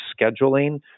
scheduling